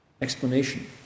explanation